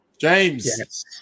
James